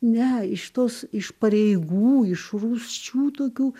ne iš tos iš pareigų iš rūsčių tokių